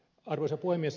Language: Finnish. arvoisa puhemies